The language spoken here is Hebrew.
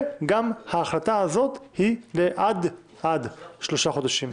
גם ההחלטה הזאת היא עד שלושה חודשים.